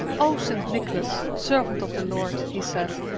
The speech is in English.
o st. nicholas, servant of the lord he said,